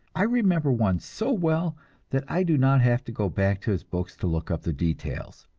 i remember one so well that i do not have to go back to his books to look up the details.